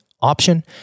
option